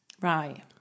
Right